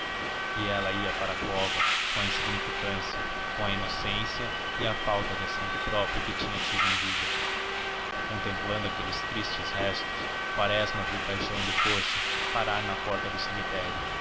e ela ia para a cova com a insignificância com a inocência e a falta de acento próprio que tinha tido em vida contemplando aqueles tristes restos quaresma viu o caixão do coche parar na porta do cemitério